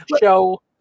show